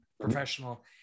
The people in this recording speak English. professional